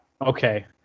okay